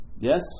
Yes